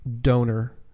donor